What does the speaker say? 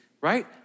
right